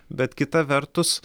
bet kita vertus